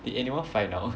did anyone find out